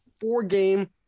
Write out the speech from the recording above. four-game